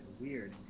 Weird